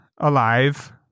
alive